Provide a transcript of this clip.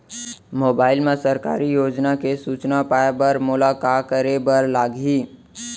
mobile मा सरकारी योजना के सूचना पाए बर मोला का करे बर लागही